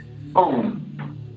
boom